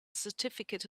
certificate